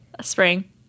Spring